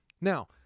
Now